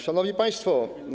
Szanowni Państwo!